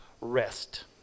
rest